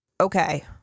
okay